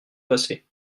passé